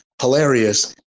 hilarious